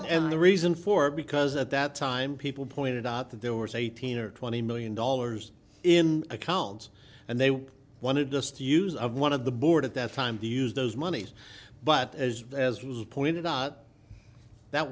and the reason for because at that time people pointed out that there was eighteen or twenty million dollars in accounts and they wanted us to use of one of the board at that time to use those monies but as as you pointed out that